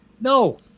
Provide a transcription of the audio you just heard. No